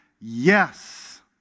Yes